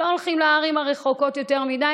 לא הולכים לערים הרחוקות יותר מדי,